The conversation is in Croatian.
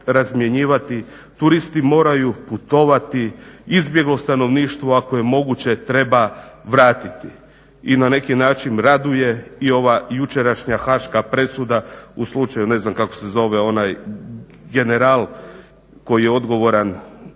razmjenjivati, turisti moraju putovati, izbjeglo stanovništvo ako je moguće treba vratiti i na neki način raduje i ova jučerašnja haška presuda u slučaju ne znam kako se zove onaj general koji je odgovoran